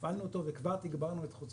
הפעלנו אותו וכבר תגברנו את חוצה